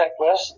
checklist